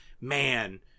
man